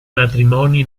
matrimoni